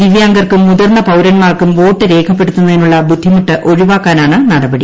ദിവ്യാംഗർക്കും മുതിർന്ന പൌരൻമാർക്കും വോട്ട് രേഖപ്പെടുത്തുന്നതിനുള്ള ബുദ്ധിമുട്ട് ഒഴിവാക്കാനാണ് നടപടി